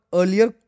earlier